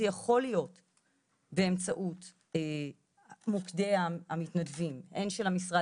זה יכול להיות שאמצעות מוקדי המתנדבים הן של המשרד